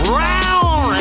round